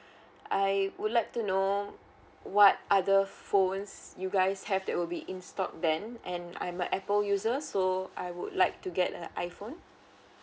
I would like to know what other phones you guys have that will be in stock then and I'm a Apple user so I would like to get the iPhone